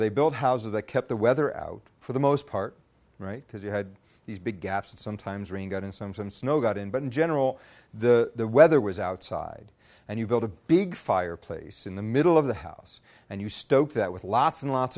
they build houses that kept the weather out for the most part right because you had these big gaps and sometimes rain got in some snow got in but in general the weather was outside and you built a big fireplace in the middle of the house and you stoked that with lots and lots